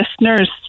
listeners